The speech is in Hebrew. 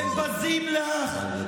הם בזים לך,